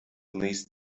least